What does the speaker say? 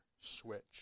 switch